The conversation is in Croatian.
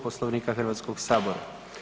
Poslovnika Hrvatskoga sabora.